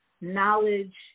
knowledge